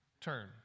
Turn